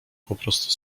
poprostu